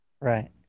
Right